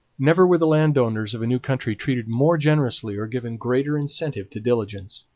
never were the landowners of a new country treated more generously or given greater incentive to diligence.